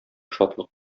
шатлык